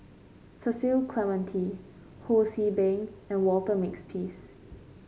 Cecil Clementi Ho See Beng and Walter Makepeace